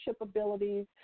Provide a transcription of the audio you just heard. abilities